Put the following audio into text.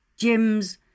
gyms